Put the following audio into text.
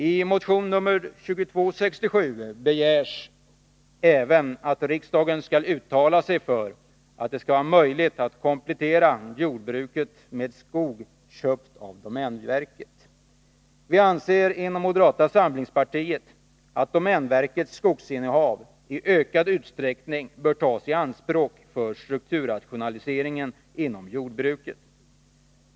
I motion nr 2267 begärs även att riksdagen skall uttala sig för att det skall vara möjligt att komplettera jordbruket med skog köpt av domänverket. Vi anser inom moderata samlingspartiet att domänverkets skogsinnehav i ökad utsträckning bör tas i anspråk för strukturrationaliseringen inom jordbruket.